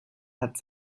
hat